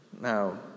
Now